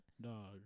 Dog